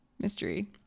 mystery